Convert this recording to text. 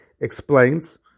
Explains